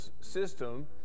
system